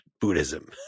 Buddhism